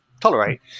tolerate